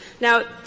Now